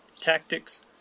tactics